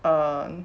um